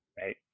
right